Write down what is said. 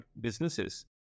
businesses